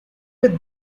with